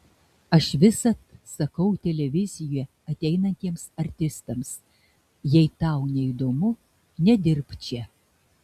aš visad sakau į televiziją ateinantiems artistams jei tau neįdomu nedirbk čia